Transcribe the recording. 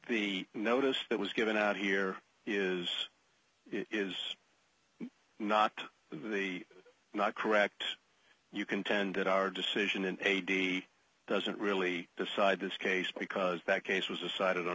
the notice that was given out here is is not the not correct you contend that our decision in eighty doesn't really decide this case because that case was decided